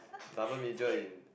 double major in